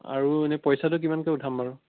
আৰু এনে পইচাটো কিমানকৈ উঠাম বাৰু